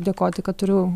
dėkoti kad turiu